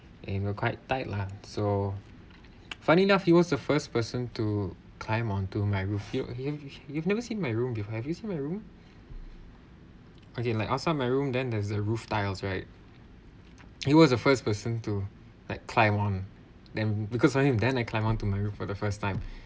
and we were quite tight lah so funny enough he was the first person to climb onto my roof here you you you've never seen my room before have you seen my room okay like outside my room then there's a roof tiles out right he was the first person to like climb on then because only of then I climb onto my roof for the first time